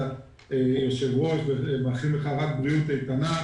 היושב-ראש ומאחלים לך רק בריאות איתנה.